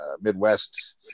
midwest